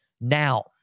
Now